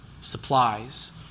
supplies